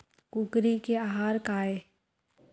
कुकरी के आहार काय?